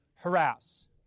Harass